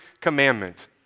commandment